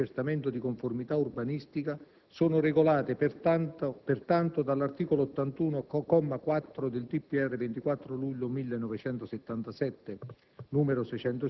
ai fini dell'accertamento di conformità urbanistica, sono regolate, pertanto, dall'articolo 81, comma 4, del